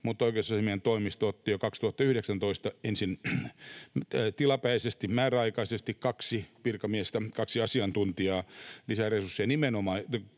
Mutta oikeusasiamiehen toimisto otti jo 2019 ensin tilapäisesti, määräaikaisesti kaksi virkamiestä, kaksi asiantuntijaa, lisäsi resursseja